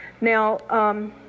Now